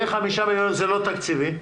זה לא תקציבי,